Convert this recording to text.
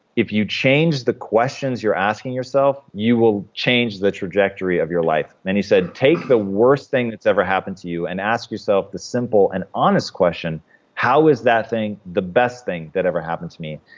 if you change the questions you're asking yourself you will change the trajectory of your life. then he said, take the worst thing that's ever happened to you and ask yourself the simple and honest question how is that thing the best thing that ever happened to me?